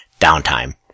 Downtime